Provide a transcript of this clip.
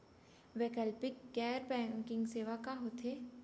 वैकल्पिक गैर बैंकिंग सेवा का होथे?